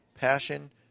Passion